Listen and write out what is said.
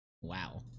Wow